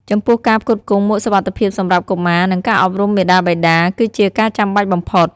ចំពោះការផ្គត់ផ្គង់មួកសុវត្ថិភាពសម្រាប់កុមារ និងការអប់រំមាតាបិតា គឺជាការចាំបាច់បំផុត។